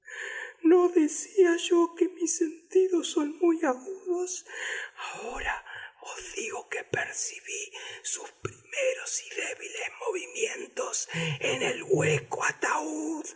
no decía yo que mis sentidos son muy agudos ahora os digo que percibí sus primeros y débiles movimientos en el hueco ataúd